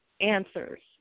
answers